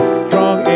strong